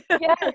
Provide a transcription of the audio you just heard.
Yes